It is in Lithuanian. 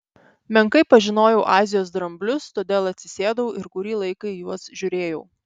menkai pažinojau azijos dramblius todėl atsisėdau ir kurį laiką į juos žiūrėjau